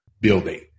building